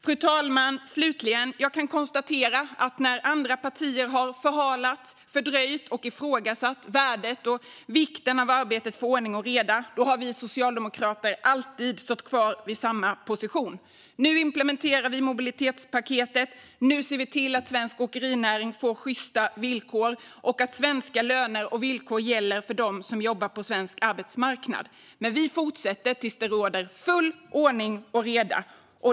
Slutligen, fru talman, kan jag konstatera att när andra partier har förhalat, fördröjt och ifrågasatt värdet och vikten av arbetet för ordning och reda har vi socialdemokrater alltid stått kvar vid samma position. Nu implementerar vi mobilitetspaketet. Nu ser vi till att svensk åkerinäring får sjysta villkor och att svenska löner och villkor gäller för dem som jobbar på svensk arbetsmarknad. Vi fortsätter tills det råder full ordning och reda.